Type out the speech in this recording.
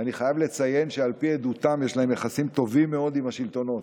ואני חייב לציין שעל פי עדותם יש להם יחסים טובים מאוד עם השלטונות,